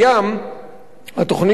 התוכנית למניעת זיהומים בים,